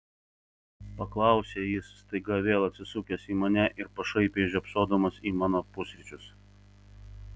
paklausė jis staiga vėl atsisukęs į mane ir pašaipiai žiopsodamas į mano pusryčius